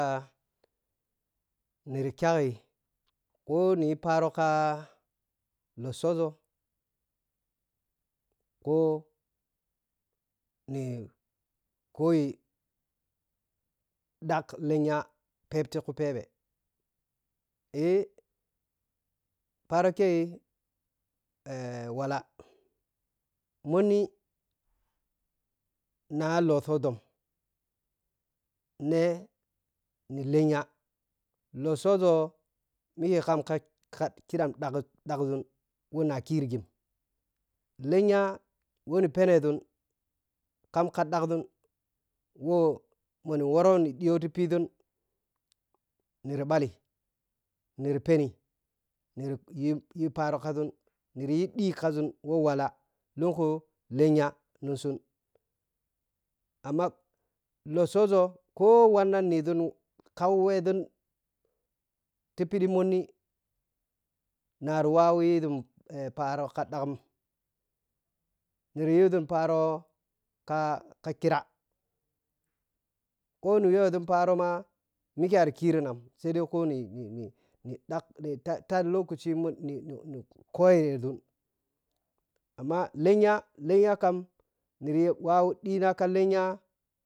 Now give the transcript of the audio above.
niri kyaghi wo nipharo ka lossoȝo koh ni koh ni ɗag lenja phep tiku phɛphɛi a pharo kai walla mhonni naa lotshoȝo neni lenja loshoȝa mike kamka kidankiɗan ɗhagȝum wo na kirighi lenja wɛ ni phene ȝun kam ka ɗhagȝun wo mo ni wo ni ɗhi ti phiȝun niri ɓhali niri pheni niri yiyi pharo ka ȝun niri yi ɗhika sun wo walla lunku lenja ni sun amma lotshogu koh wannaj niȝun pharo ka ɗhagȝun niri yiȝun pharo ka khira ko ni yuwɛȝur pharo le ma mike ari kiri nam sai dai ko ninini dhak ni dhaɗi lokaaci no ni ni ni kayiye ȝun amma lenya lenya kam niyi wowo ɗhina ka lenya,